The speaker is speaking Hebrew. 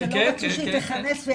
הם לא רצו שהיא תכנס את הוועדה,